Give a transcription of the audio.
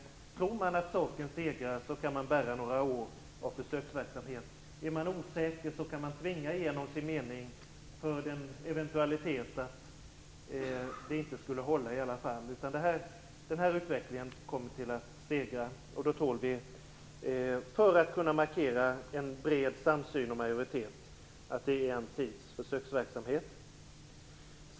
Tror man att saken segrar kan man bära några år av försöksverksamhet. Är man osäker kan man tvinga igenom sin mening för den eventualitet att det inte skulle hålla i alla fall. Den här utvecklingen kommer att segra. För att kunna markera en bred samsyn och majoritet tror vi att det är en tids försöksverksamhet.